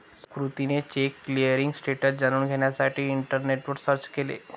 सुकृतीने cheque clearing status जाणून घेण्यासाठी इंटरनेटवर सर्च केले